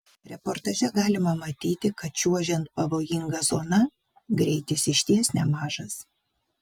reportaže galima matyti kad čiuožiant pavojinga zona greitis iš ties nemažas